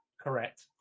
Correct